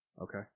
Okay